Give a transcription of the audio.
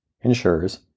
insurers